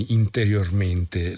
interiormente